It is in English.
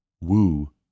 woo